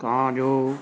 ਤਾਂ ਜੋ